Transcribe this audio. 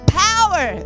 power